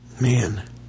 Man